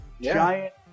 Giant